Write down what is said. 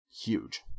huge